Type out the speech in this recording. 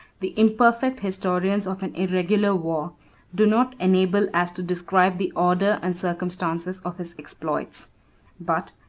the imperfect historians of an irregular war do not enable as to describe the order and circumstances of his exploits but,